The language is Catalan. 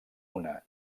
una